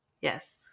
Yes